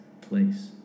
place